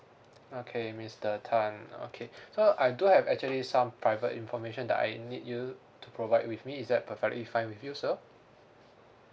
okay mister tan okay sir I do have actually some private information that I need you to provide with me is that perfectly fine with you sir